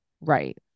Right